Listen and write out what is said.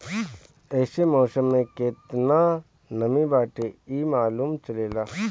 एसे मौसम में केतना नमी बाटे इ मालूम चलेला